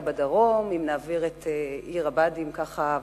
בדרום אם נעביר את עיר הבה"דים ככה,